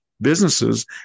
businesses